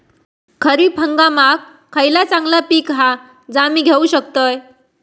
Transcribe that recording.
खरीप हंगामाक खयला चांगला पीक हा जा मी घेऊ शकतय?